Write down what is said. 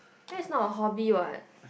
that's not a hobby what